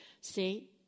See